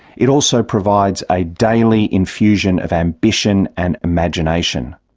it also provides a daily infusion of ambition and imagination.